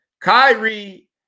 Kyrie